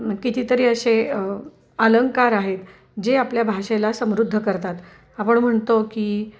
कितीतरी असे अलंकार आहेत जे आपल्या भाषेला समृद्ध करतात आपण म्हणतो की